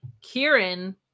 Kieran